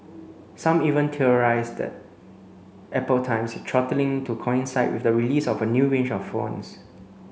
some even theorised that Apple times its throttling to coincide with the release of a new range of phones